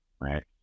right